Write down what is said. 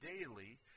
daily